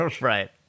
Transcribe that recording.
right